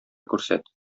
күрсәт